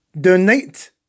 Donate